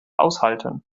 aushalten